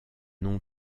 non